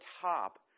top